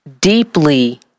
deeply